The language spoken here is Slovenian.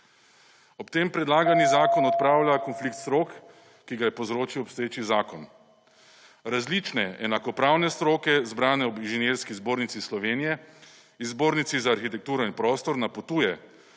Ob tem predlagani zakon odpravlja konflikt strok, ki ga je povzročil obstoječi zakon. Različne enakopravne stroke zbrane v Inženirski zbornici Slovenije in Zbornici za arhitekturo in prostor napotuje,